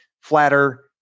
flatter